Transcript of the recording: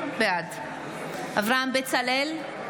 בעד אברהם בצלאל,